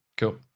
Cool